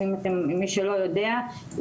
מי שלא יודע,